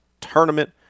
Tournament